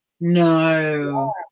no